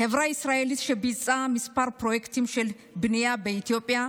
חברה ישראלית שביצעה כמה פרויקטים של בנייה באתיופיה,